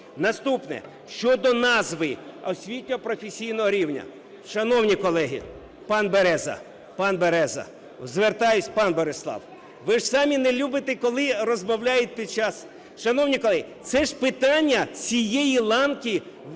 Наступне: щодо назви освітньо-професійного рівня. Шановні колеги, пан Береза, пан Береза… звертаюсь, пане Бориславе, ви ж самі не любите, коли розмовляють під час… Шановні колеги, це ж питання цієї ланки освіти